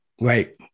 Right